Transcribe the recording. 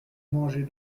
mangez